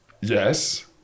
Yes